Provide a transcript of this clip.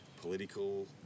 political